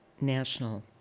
National